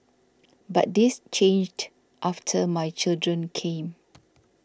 but this changed after my children came